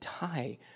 die